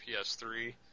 PS3